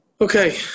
Okay